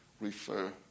refer